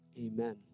Amen